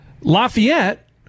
Lafayette